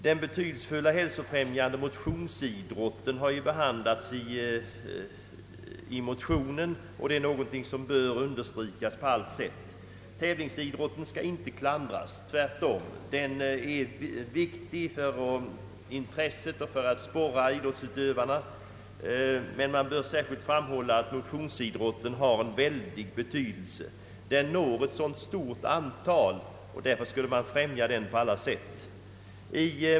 Den betydelsefulla hälsofrämjande motionsidrotten har behandlats i motionen, och det bör understrykas på allt sätt hur värdefull den är. Tävlingsidrotten skall inte klandras. Den är tvärtom viktig när det gäller att väcka intresse och sporra idrottsutövarna. Men det bör särskilt framhållas att motionsidrotten har en mycket stor bety delse. Den når ett mycket stort antal människor och borde därför främjas på alla sätt.